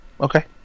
Okay